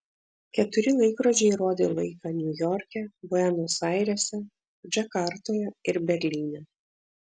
keturi laikrodžiai rodė laiką niujorke buenos airėse džakartoje ir berlyne